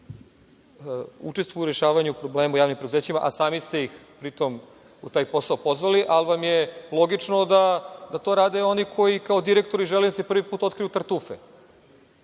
učestvuju u rešavanju problema u javnim preduzećima, a sami ste ih pri tom u taj posao pozvali, ali vam je logično da to rade oni koji, kao direktori železnice prvi put, otkriju tartufe.